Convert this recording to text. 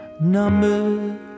Number